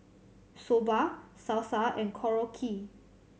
Soba Salsa and Korokke